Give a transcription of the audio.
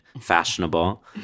fashionable